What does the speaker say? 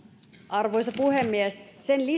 arvoisa puhemies sen lisäksi että